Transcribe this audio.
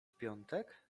piątek